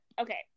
okay